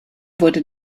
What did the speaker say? wurde